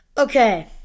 Okay